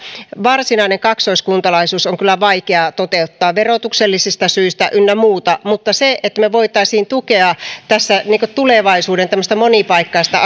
varsinainen kaksoiskuntalaisuus on kyllä vaikea toteuttaa verotuksellisista syistä ynnä muuta mutta jos me voisimme tukea tämmöistä tulevaisuuden monipaikkaista